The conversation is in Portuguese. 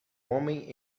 homem